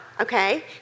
okay